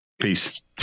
Peace